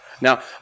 Now